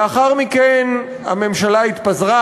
לאחר מכן הממשלה התפזרה,